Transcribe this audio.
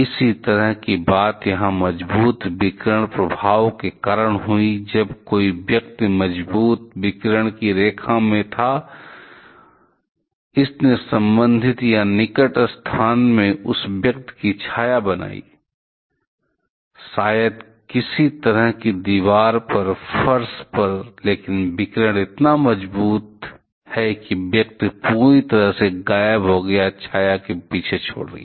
इसी तरह की बात यहां मजबूत विकिरण प्रभाव के कारण हुई जब कोई व्यक्ति मजबूत विकिरण की रेखा में था इसने संबंधित या निकट स्थान में उस व्यक्ति की छाया बनाई शायद किसी तरह की दीवार पर फर्श पर लेकिन विकिरण इतना मजबूत है कि व्यक्ति पूरी तरह से गायब हो गया छाया को पीछे छोड़ दिया